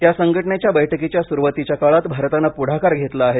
या संघटनेच्या बैठकीच्या सुरूवातीच्या काळात भारतानं पुढाकार घेतला आहे